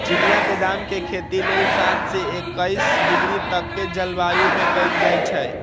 चिनियाँ बेदाम के खेती लेल सात से एकइस डिग्री तक के जलवायु में कएल जाइ छइ